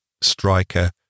striker